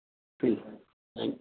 ਠੀਕ ਹੈ ਥੈਂਕ